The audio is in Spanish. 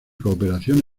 cooperación